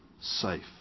safe